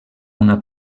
una